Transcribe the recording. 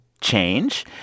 change